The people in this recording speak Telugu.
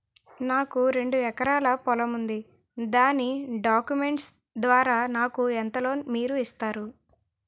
నాకు రెండు ఎకరాల పొలం ఉంది దాని డాక్యుమెంట్స్ ద్వారా నాకు ఎంత లోన్ మీరు ఇస్తారు?